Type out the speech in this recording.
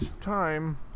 time